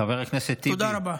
חבר הכנסת טיבי, תודה.